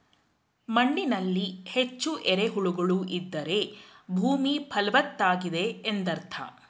ಮಣ್ಣಿನಲ್ಲಿ ಹೆಚ್ಚು ಎರೆಹುಳುಗಳು ಇದ್ದರೆ ಭೂಮಿ ಫಲವತ್ತಾಗಿದೆ ಎಂದರ್ಥ